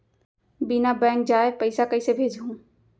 बिना बैंक जाये पइसा कइसे भेजहूँ?